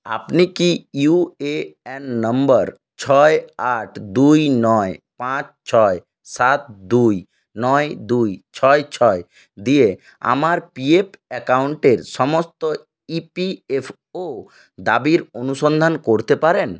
আপনি কি UAN number ছয় আট দুই নয় পাঁচ ছয় সাত দুই নয় দুই ছয় ছয় দিয়ে আমার পিএফ অ্যাকাউন্টের সমস্ত ইপিএফও দাবির অনুসন্ধান করতে পারেন